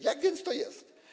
Jak więc to jest?